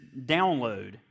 download